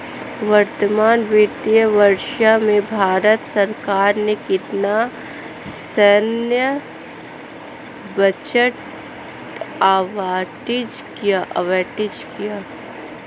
वर्तमान वित्तीय वर्ष में भारत सरकार ने कितना सैन्य बजट आवंटित किया?